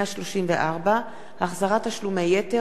(החזרת תשלומי יתר), התשע"ב 2011,